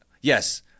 yes